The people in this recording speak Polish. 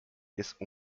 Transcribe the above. jest